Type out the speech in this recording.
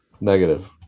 negative